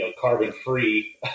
carbon-free